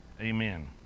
Amen